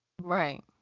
Right